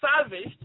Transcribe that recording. salvaged